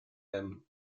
them